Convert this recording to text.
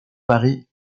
paris